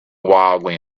wildly